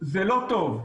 זה לא טוב.